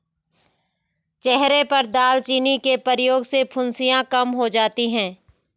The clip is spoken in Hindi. चेहरे पर दालचीनी के प्रयोग से फुंसियाँ कम हो जाती हैं